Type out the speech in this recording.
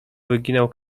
wyginał